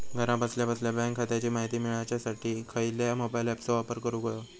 घरा बसल्या बसल्या बँक खात्याची माहिती मिळाच्यासाठी खायच्या मोबाईल ॲपाचो वापर करूक होयो?